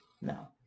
no